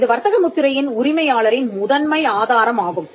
இது வர்த்தக முத்திரையின் உரிமையாளரின் முதன்மை ஆதாரம் ஆகும்